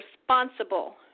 responsible